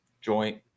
joint